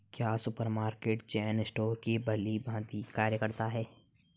क्या supermarket chain store की भांति कार्य करते हैं?